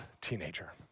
teenager